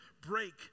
break